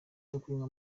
kunywa